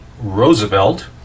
Roosevelt